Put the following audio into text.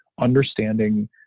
Understanding